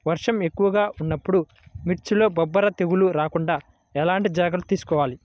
వర్షం ఎక్కువగా ఉన్నప్పుడు మిర్చిలో బొబ్బర తెగులు రాకుండా ఎలాంటి జాగ్రత్తలు తీసుకోవాలి?